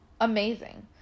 amazing